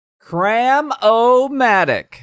Cram-O-Matic